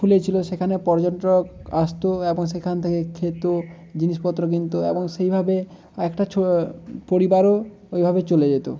খুলেছিলো সেখানে পর্যটক আসতো আবার সেখান থেকে খেতো জিনিষপত্র কিনতো এবং সেইভাবে একটা পরিবারও ওইভাবে চলে যেতো